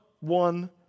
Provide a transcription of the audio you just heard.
one